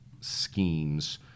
schemes